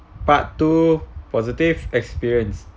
part two positive experience